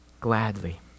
gladly